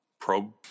probe